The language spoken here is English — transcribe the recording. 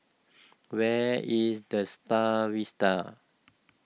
where is the Star Vista